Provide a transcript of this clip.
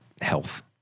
health